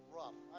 rough